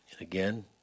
Again